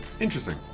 interesting